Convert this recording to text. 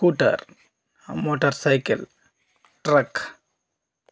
scooter motorcycle truck